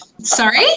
Sorry